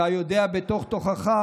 אתה יודע בתוך-תוכך,